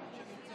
(תיקון מס'